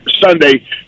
Sunday